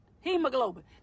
hemoglobin